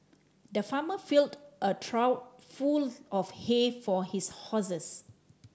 the farmer filled a trough full of hay for his horses